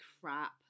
crap